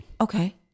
Okay